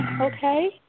okay